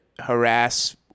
harass